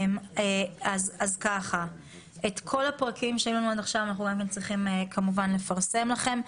את כל הפרקים שהיו עד עכשיו, נפרסם לכם.